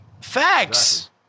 Facts